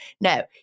No